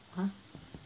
!huh!